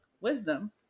wisdom